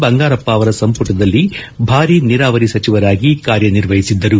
ಬಂಗಾರಪ್ಪ ಅವರ ಸಂಪುಟದಲ್ಲಿ ಭಾರಿ ನೀರಾವರಿ ಸಚಿವರಾಗಿ ಕಾರ್ಯನಿರ್ವಹಿಸಿದ್ದರು